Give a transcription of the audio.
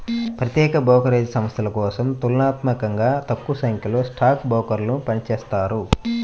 ప్రత్యేక బ్రోకరేజ్ సంస్థల కోసం తులనాత్మకంగా తక్కువసంఖ్యలో స్టాక్ బ్రోకర్లు పనిచేత్తారు